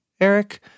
Eric